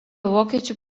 vokiečių